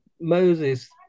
Moses